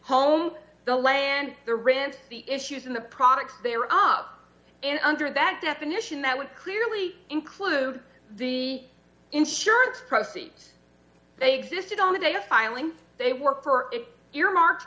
home the land the rent issues in the products they are up and under that definition that would clearly include the insurance proceeds they existed on the day of filing they work for it you're